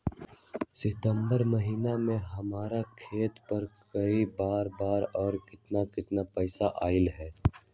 सितम्बर महीना में हमर खाता पर कय बार बार और केतना केतना पैसा अयलक ह?